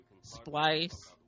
Splice